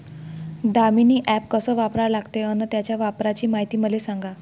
Damini app कस वापरा लागते? अन त्याच्या वापराची मायती मले सांगा